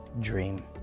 dream